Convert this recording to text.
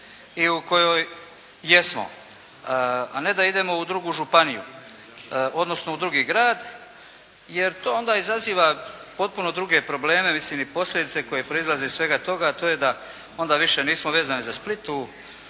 i u kojoj jesmo, a ne da idemo u drugu županiju, odnosno u drugi grad jer to onda izaziva potpuno druge probleme, mislim i posljedice koje proizlaze iz svega toga, a to je da onda više nismo vezani za Split